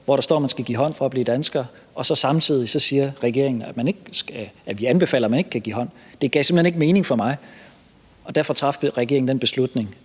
hvor der står, at man skal give hånd for at blive dansker, mens regeringen samtidig anbefaler ikke at give hånd? Det gav ikke mening for mig, og derfor traf regeringen den beslutning,